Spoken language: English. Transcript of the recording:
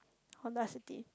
Honda City